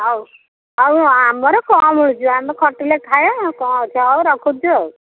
ହଉ ହଉ ଆମର କମ୍ ମିଳୁଛି ଆମେ ଖଟିଲେ ଖାଇବା କ'ଣ ଅଛି ହଉ ରଖୁଛି ଆଉ